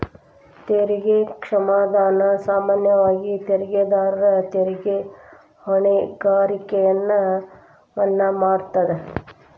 ತೆರಿಗೆ ಕ್ಷಮಾದಾನ ಸಾಮಾನ್ಯವಾಗಿ ತೆರಿಗೆದಾರರ ತೆರಿಗೆ ಹೊಣೆಗಾರಿಕೆಯನ್ನ ಮನ್ನಾ ಮಾಡತದ